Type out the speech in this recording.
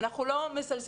אנחנו לא מזלזלים,